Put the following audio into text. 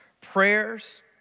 prayers